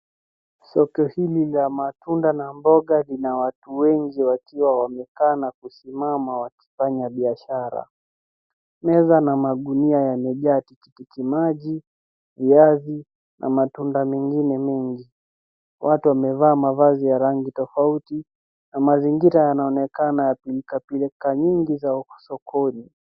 Soko hili la matunda na mboga lina watu wengi wakiwa wamekee na wakisimama wakifanya biashara. Meza na magunia yamejaa tikitimaji, viazi namatunda mengine mengi. Watu wamevaa mavazi ya rangi tofauti na mazingira yanaonekana ya pilkapilka nyingi za sokoni.